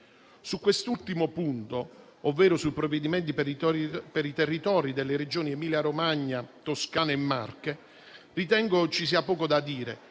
Su quest'ultimo punto, ovvero sui provvedimenti per i territori delle Regioni Emilia Romagna, Toscana e Marche, ritengo ci sia poco da dire